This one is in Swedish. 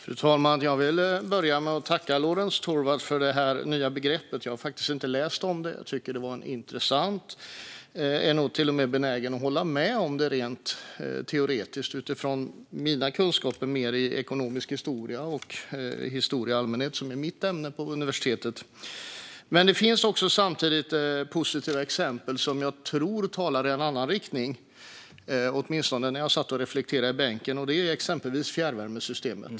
Fru talman! Jag vill börja med att tacka Lorentz Tovatt för detta nya begrepp - jag har faktiskt inte läst om det. Jag tycker att det var intressant. Jag är nog till och med benägen att hålla med om det rent teoretiskt utifrån mina kunskaper, som mer finns inom ekonomisk historia och historia i allmänhet, som är mitt ämne på universitetet. Det finns samtidigt positiva exempel som jag tror pekar i en annan riktning - åtminstone när jag satt i bänken och reflekterade. Ett exempel är fjärrvärmesystemet.